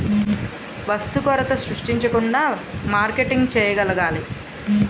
వస్తు కొరత సృష్టించకుండా మార్కెటింగ్ చేయగలగాలి